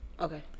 Okay